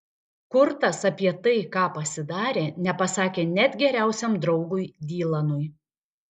kurtas apie tai ką pasidarė nepasakė net geriausiam draugui dylanui